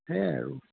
সেয়াই আৰু